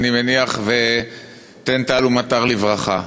אני מניח: "תן טל ומטר לברכה",